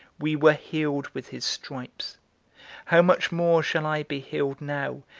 we were healed with his stripes how much more shall i be healed now,